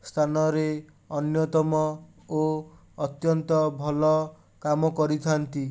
ସ୍ଥାନରେ ଅନ୍ୟତମ ଓ ଅତ୍ୟନ୍ତ ଭଲ କାମ କରିଥାନ୍ତି